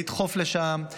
לדחוף לשם,